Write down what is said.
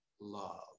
love